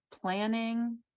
planning